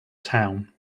town